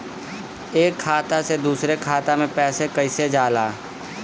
एक खाता से दूसर खाता मे पैसा कईसे जाला?